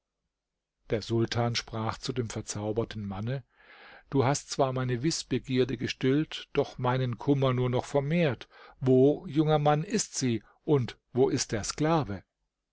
der sultan sprach zu dem verzauberten manne du hast zwar meine wißbegierde gestillt doch meinen kummer nur noch vermehrt wo junger mann ist sie und wo ist der sklave